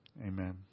Amen